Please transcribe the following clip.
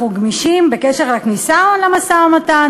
אנחנו גמישים בקשר לכניסה למשא-ומתן,